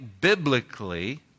biblically